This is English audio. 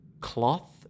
cloth